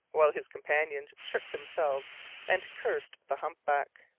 while his companions shook themselves and cursed the humpback.